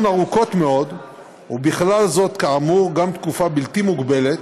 ארוכות מאוד ובכלל זה כאמור גם תקופה בלתי מוגבלת,